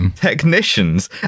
technicians